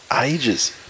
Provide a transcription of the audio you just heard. ages